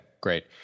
great